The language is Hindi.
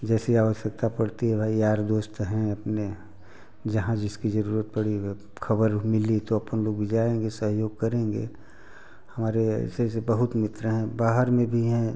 जैसी आवश्यकता पड़ती है भाई यार दोस्त हैं अपने जहाँ जिसकी जरूरत पड़ी वे खबर मिली तो अपन लोग भी जाएंगे सहयोग करेंगे हमारे ऐसे ऐसे बहुत मित्र हैं बाहर में भी हैं